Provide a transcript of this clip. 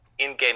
in-game